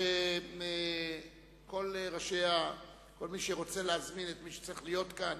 כך שכל מי שרוצה להזמין את מי שצריך להיות כאן,